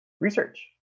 research